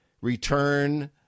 return